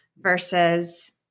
versus